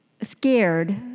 scared